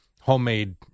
homemade